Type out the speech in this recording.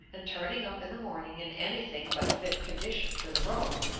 and turning up in the morning in anything but fit condition for the road.